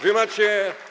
Wy macie.